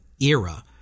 era